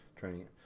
training